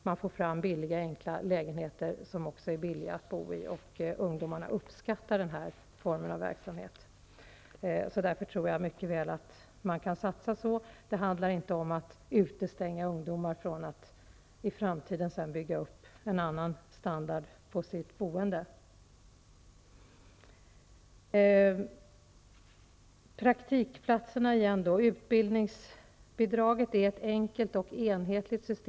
Man får fram billiga, enkla lägenheter, som också är billiga att bo i. Ungdomarna uppskattar denna form av verksamhet. Därför tror jag mycket väl att man kan satsa på detta. Det handlar inte om att utestänga ungdomar från att i framtiden bygga upp en annan standard på sitt boende. När det gäller praktikplatserna vill jag säga att systemet med utbildningsbidrag är enkelt och enhetligt.